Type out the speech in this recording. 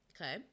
Okay